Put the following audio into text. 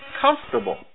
comfortable